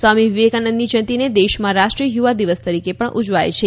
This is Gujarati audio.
સ્વામી વિવેકાનંદની જયંતિને દેશમાં રાષ્ટ્રીય યુવા દિવસ તરીકે પણ ઉજવાય છે